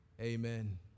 Amen